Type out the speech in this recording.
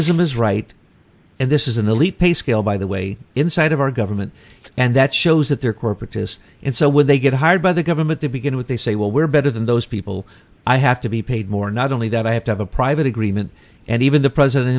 is right and this is an elite pay scale by the way inside of our government and that shows that their corporate this and so when they get hired by the government to begin with they say well we're better than those people i have to be paid more not only that i have to have a private agreement and even the president